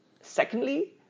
Secondly